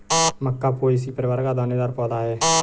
मक्का Poaceae परिवार का दानेदार पौधा है